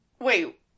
wait